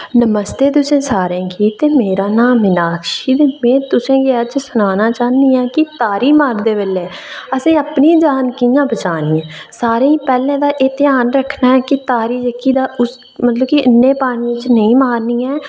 नमस्ते तुसें सारें गी ते मेरा नांऽ मिनाक्षी ऐ में तुसेंगी सनाना चाह्न्नी आं कि तारी मारदे बेल्लै असें अपनी जान कि'यां बचानी ऐ सारें गी पैह्लें ते एह् ध्यान रक्खना ऐ कि तारी जेह्की तां मतलब कि इन्ने पानियैं च नेईं मारनियां